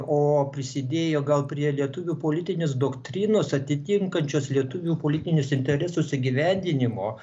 o prisidėjo gal prie lietuvių politinės doktrinos atitinkančios lietuvių politinius interesus įgyvendinimo